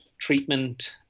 treatment